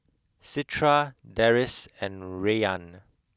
Citra Deris and Rayyan